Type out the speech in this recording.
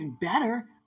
better